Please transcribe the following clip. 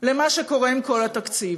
למה שקורה עם כל התקציב.